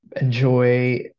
enjoy